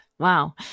Wow